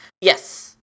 Yes